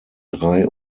drei